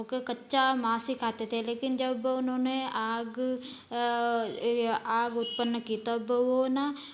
क कच्चा माँस ही खाते थे लेकिन जब उन्होंने आग ये आग उत्पन्न की तब वो ना